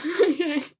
Okay